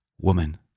Woman